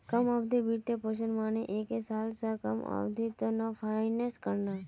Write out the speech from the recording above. कम अवधिर वित्तपोषण माने एक साल स कम अवधिर त न फाइनेंस करना